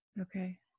Okay